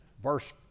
verse